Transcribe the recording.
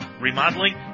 remodeling